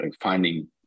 finding